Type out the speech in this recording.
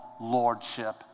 lordship